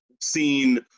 Seen